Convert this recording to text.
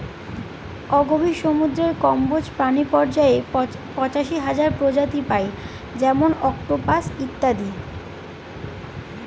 অগভীর সমুদ্রের কম্বজ প্রাণী পর্যায়ে পঁচাশি হাজার প্রজাতি পাই যেমন অক্টোপাস ইত্যাদি